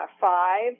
five